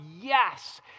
yes